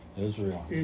Israel